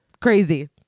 Crazy